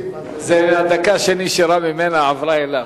הדקה שנשארה ממנה, עברה אליו.